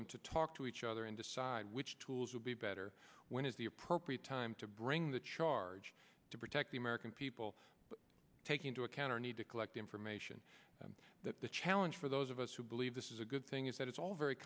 them to talk to each other and decide which tools will be better when is the appropriate time to bring the charge to protect the american people take into account our need to collect information that the challenge for those of us who believe this is a good thing is that it's all very